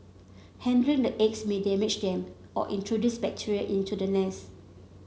handling the eggs may damage them or introduce bacteria into the nest